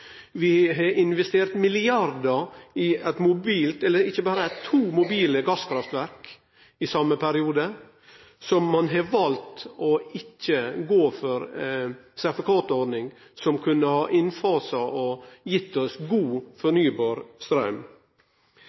Vi har investert milliardar i to mobile gasskraftverk i same periode som ein har valt ikkje å gå for ei sertifikatordning som kunne ha innfasa og gitt oss god, fornybar straum.